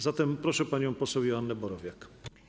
Zatem proszę panią poseł Joannę Borowiak.